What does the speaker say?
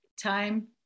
time